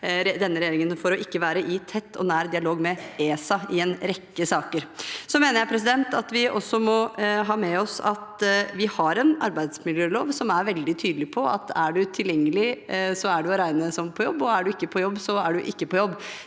for ikke å være i tett og nær dialog med ESA i en rekke saker. Jeg mener at vi også må ha med oss at vi har en arbeidsmiljølov som er veldig tydelig på at om du er tilgjengelig, er du å regne som på jobb, og er du ikke på jobb, er du ikke på jobb.